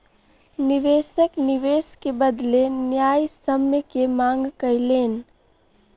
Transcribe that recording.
निवेशक निवेश के बदले न्यायसम्य के मांग कयलैन